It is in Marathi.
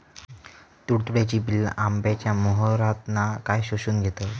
तुडतुड्याची पिल्ला आंब्याच्या मोहरातना काय शोशून घेतत?